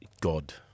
God